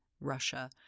Russia